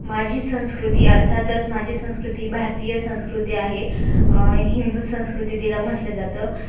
माझी संस्कृती अर्थातच माझी संस्कृती ही भारतीय संस्कृती आहे हिंदू संस्कृती तिला म्हटलं जातं